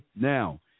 Now